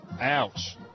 Ouch